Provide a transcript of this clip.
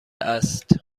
است